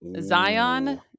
Zion